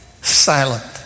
Silent